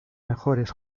mejores